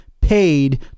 paid